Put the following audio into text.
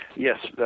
Yes